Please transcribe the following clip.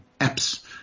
apps